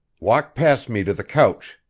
walk past me to the couch!